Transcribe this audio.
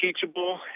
teachable